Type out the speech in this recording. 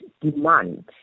demand